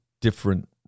different